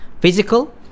physical